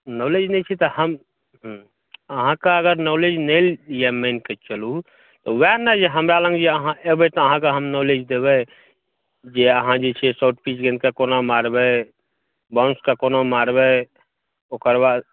knowledge नहि छै तऽ हम हूँ अहाँकेँ अगर नॉलेज नहि यऽ मानिके चलु तऽ ओएह ने जे हमरा लग यऽ अहाँ अयबै तऽअहाँकेँ हम नॉलेज देबै जे अहाँ जे छै से सब किछु से कोना जे मारबै बाउन्सके कोना मारबै ओकर बाद